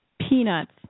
peanuts